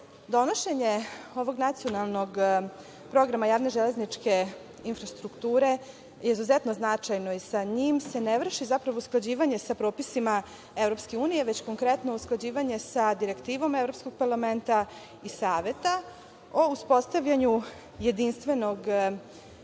godine. Donošenje ovog Nacionalnog programa javne železničke infrastrukture je izuzetno i sa njim se ne vrši zapravo usklađivanje sa propisima EU, već konkretno usklađivanje sa direktivom Evropskog parlamenta i Saveta o uspostavljanju jedinstvenog